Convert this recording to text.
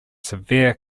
severe